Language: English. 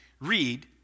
read